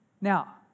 Now